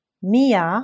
Mia